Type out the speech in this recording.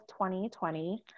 2020